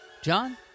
john